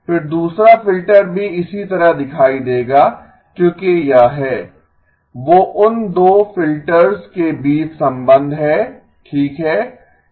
फिर दूसरा फ़िल्टर भी इसी तरह दिखाई देगा क्योंकि यह है वो उन 2 फिल्टर्स के बीच संबंध हैं ठीक है